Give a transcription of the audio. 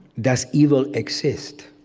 does evil exist?